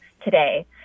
today